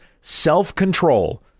self-control